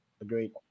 Agreed